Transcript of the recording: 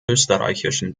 österreichischen